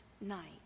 night